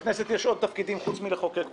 לכנסת יש עוד תפקידים חוץ מאשר לחוקק חוקים,